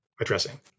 addressing